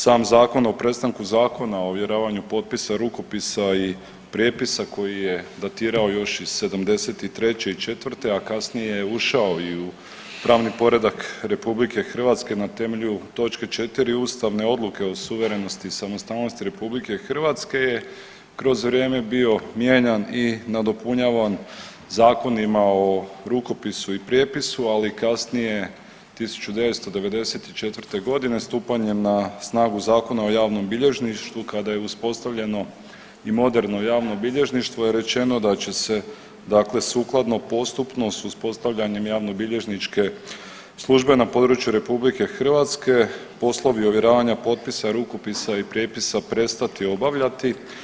Sam zakon o prestanku Zakona o ovjeravanju potpisa, rukopisa i prijepisa koji je datirao još iz '73. i '74., a kasnije je ušao i u pravni poredak RH na temelju točke 4. ustavne odluke o suverenosti i samostalnosti RH je kroz vrijeme bio mijenjan i nadopunjavan zakonima o rukopisu i prijepisu ali i kasnije 1994. stupanjem na snagu Zakona o javnom bilježništvu kada je uspostavljeno i moderno javno bilježništvo je rečeno da će se dakle sukladno postupnost uspostavljanjem javnobilježničke službe na području RH poslovi ovjeravanja potpisa, rukopisa i prijepisa prestati obavljati.